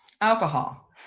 alcohol